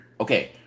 Okay